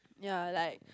ya like